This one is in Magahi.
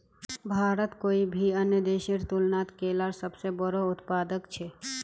भारत कोई भी अन्य देशेर तुलनात केलार सबसे बोड़ो उत्पादक छे